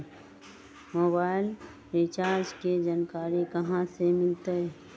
Mobile recharge के जानकारी कहा से मिलतै?